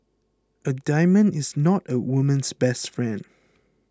a diamond is not a woman's best friend